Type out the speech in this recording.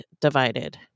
divided